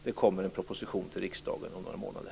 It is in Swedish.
Det kommer en proposition till riksdagen om några månader.